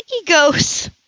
egos